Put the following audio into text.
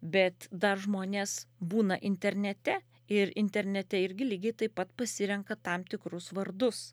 bet dar žmonės būna internete ir internete irgi lygiai taip pat pasirenka tam tikrus vardus